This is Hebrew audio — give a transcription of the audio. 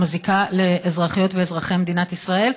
שמזיקה לאזרחיות ואזרחי מדינת ישראל.